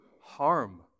harm